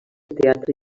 teatre